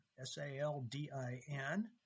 S-A-L-D-I-N